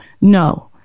No